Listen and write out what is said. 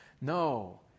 No